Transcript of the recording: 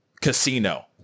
casino